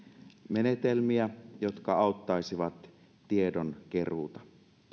menetelmiä jotka auttaisivat tiedonkeruuta